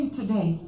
today